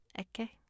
okay